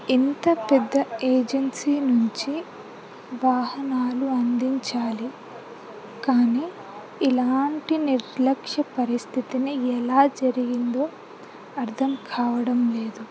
ఇంత పెద్ద ఏజెన్సీ నుంచి వాహనాలు అందించాలి కానీ ఇలాంటి నిర్లక్ష్య పరిస్థితిని ఎలా జరిగిందో అర్థం కావడం లేదు